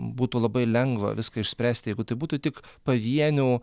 būtų labai lengva viską išspręsti jeigu tai būtų tik pavienių